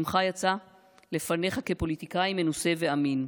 שמך יצא לפניך כפוליטיקאי מנוסה ואמין.